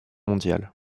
mondiale